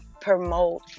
promote